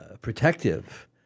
protective